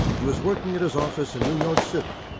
he was working at his office in new york city.